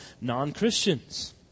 non-Christians